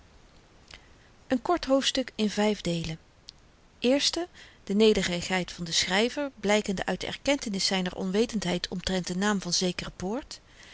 een kort hoofdstuk in de nederigheid van den schryver blykende uit de erkentenis zyner onwetendheid omtrent den naam van zekere poort